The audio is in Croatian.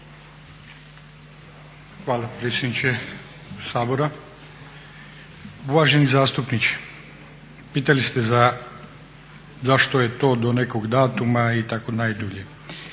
Hvala predsjedniče Sabora. Uvaženi zastupniče, pitali ste zašto je to do nekog datuma i tako najdulje?